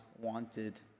wanted